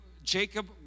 Jacob